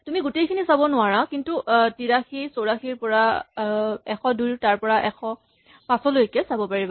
তুমি গোটেইখিনি চাব নোৱাৰা কিন্তু ৮৩ ৮৪ ৰ পৰা ১০২ তাৰপৰা ১০৫ লৈকে চাব পাৰিবা